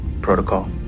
protocol